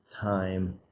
time